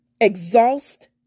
exhaust